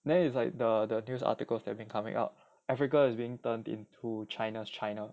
then it's like the the news articles that have been coming out africa is being turned into china's china